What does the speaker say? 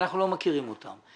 שאנחנו לא מכירים אותן.